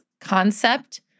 concept